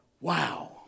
Wow